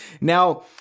Now